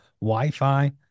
Wi-Fi